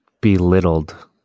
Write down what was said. belittled